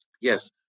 yes